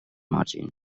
margin